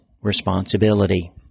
responsibility